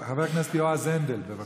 חבר הכנסת יועז הנדל, בבקשה.